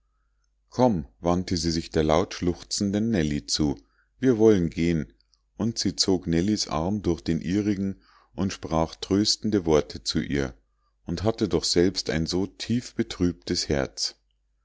komm wandte sie sich der laut schluchzenden nellie zu wir wollen gehen und sie zog nellies arm durch den ihrigen und sprach tröstende worte zu ihr und hatte doch selbst ein so tiefbetrübtes herz